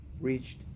reached